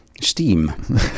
steam